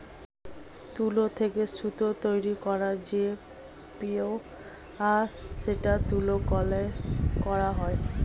তুলো থেকে সুতো তৈরী করার যে প্রক্রিয়া সেটা তুলো কলে করা হয়